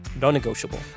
non-negotiable